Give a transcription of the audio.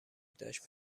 داشت